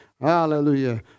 Hallelujah